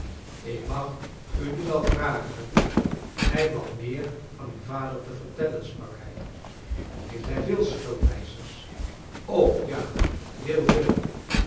ik mag u nu wel vragen mij vat meer van uw vader te vertellen sprak hij heeft hij veel schuldeischers o ja heel veel